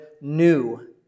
new